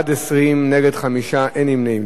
בעד, 20, נגד, 5, אין נמנעים.